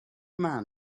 man